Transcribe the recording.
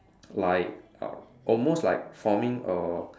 like uh almost like forming a